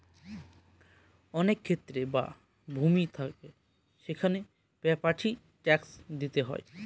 অনেক ক্ষেত বা ভূমি থাকে সেখানে প্রপার্টি ট্যাক্স দিতে হয়